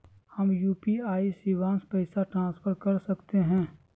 हम यू.पी.आई शिवांश पैसा ट्रांसफर कर सकते हैं?